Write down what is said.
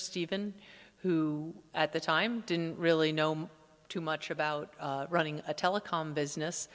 stephen who at the time didn't really know too much about running a telecom business